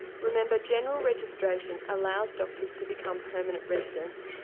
remember general registration allows doctors to become permanent residents,